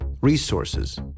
resources